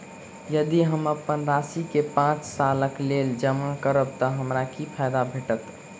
यदि हम अप्पन राशि केँ पांच सालक लेल जमा करब तऽ हमरा की फायदा भेटत?